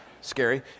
scary